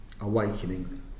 awakening